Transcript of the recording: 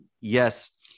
Yes